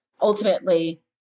ultimately